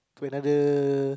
to another